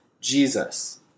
Jesus